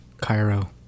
Cairo